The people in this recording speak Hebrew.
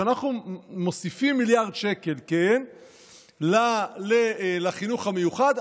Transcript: כשאנחנו מוסיפים מיליארד שקל לחינוך המיוחד,